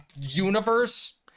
universe